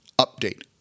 update